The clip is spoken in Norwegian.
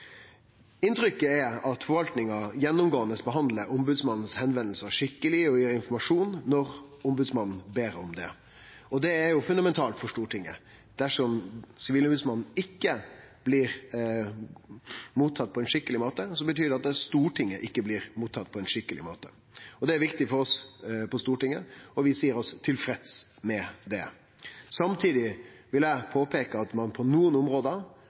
Inntrykket er at forvaltninga gjennomgåande behandlar fråsegnene frå Ombodsmannen skikkeleg og gir informasjon når Ombodsmannen ber om det. Det er fundamentalt for Stortinget. Dersom Sivilombodsmannen ikkje blir mottatt på ein skikkeleg måte, betyr det at Stortinget ikkje blir mottatt på ein skikkeleg måte. Det er viktig for oss på Stortinget, og vi seier oss tilfredse med det. Samtidig vil eg påpeike at ein på nokre område